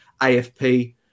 AFP